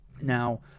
Now